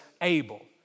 able